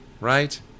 Right